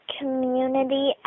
community